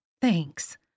thanks